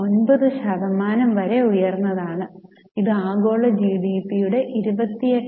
9 ശതമാനം വരെ ഉയർന്നതാണ് ഇത് ആഗോള ജിഡിപിയുടെ 28